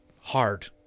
hard